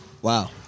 Wow